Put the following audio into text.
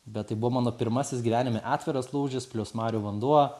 bet tai buvo mano pirmasis gyvenime atviras lūžis plius marių vanduo